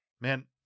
Man